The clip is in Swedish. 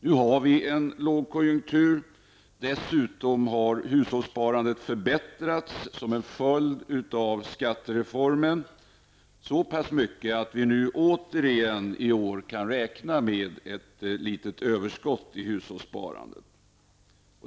Nu är det en lågkonjunktur. Dessutom har hushållssparandet förbättrats som en följd av skattereformen så pass mycket att vi nu återigen i år kan räkna med ett litet överskott i hushållssparandet.